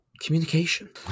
Communication